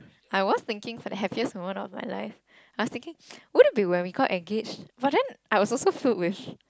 I was thinking for the happiest moment of my life I was thinking would've been when got engage but then I was also filled with